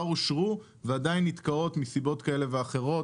אושרו ועדיין נתקעות מסיבות כאלה ואחרות,